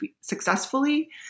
successfully